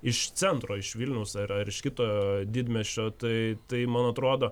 iš centro iš vilniaus ar ar iš kito didmiesčio tai tai man atrodo